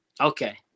Okay